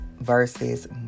versus